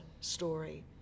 story